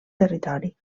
territori